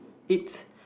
it